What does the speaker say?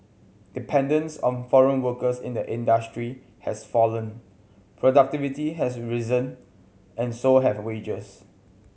dependence on foreign workers in the industry has fallen productivity has risen and so have wages